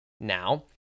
Now